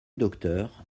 docteur